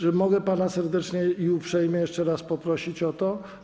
Czy mogę pana serdecznie i uprzejmie jeszcze raz poprosić o to?